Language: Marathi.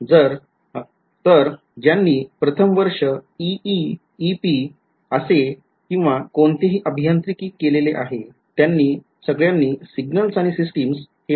तर ज्यांनी प्रथम वर्ष EE EP असेल किंवा कोणतीही अभियांत्रिकी केलेली आहे त्यांनी सगळ्यांनी सिग्नल्स आणि सिस्टिम्स हे पहिले आहेच